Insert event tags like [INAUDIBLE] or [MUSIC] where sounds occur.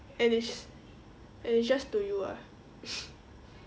and it's and it's just to you ah [LAUGHS]